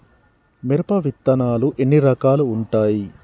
మిరప విత్తనాలు ఎన్ని రకాలు ఉంటాయి?